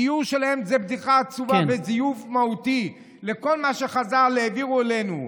הגיור שלהם זה בדיחה עצובה וזיוף מהותי לכל מה שחז"ל העבירו אלינו.